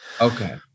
Okay